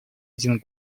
один